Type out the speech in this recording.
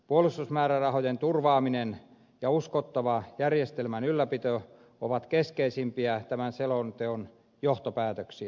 puolustusmäärärahojen turvaaminen ja uskottava järjestelmän ylläpito ovat keskeisimpiä tämän selonteon johtopäätöksiä